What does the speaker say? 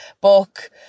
book